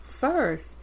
first